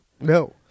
no